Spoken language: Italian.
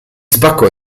spaccò